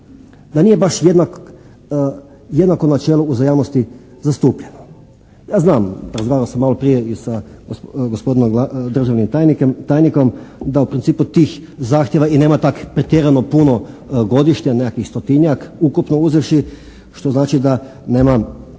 Da nije baš jednak, jednako načelo uzajamnosti zastupljeno. Ja znam, razgovarao sam malo prije i sa gospodinom državnim tajnikom da u principu tih zahtjeva i nema tako pretjerano puno godišnje nekakvih stotinjak ukupno uzevši što znači da nema